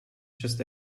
just